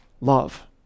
love